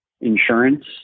insurance